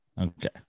okay